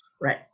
right